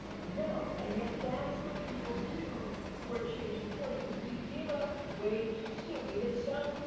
no, and yet that's what people do who are changing course, is we give up way too soon. we hit some,